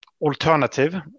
alternative